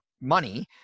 money